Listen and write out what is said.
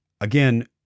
Again